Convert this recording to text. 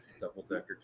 Double-decker